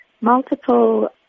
multiple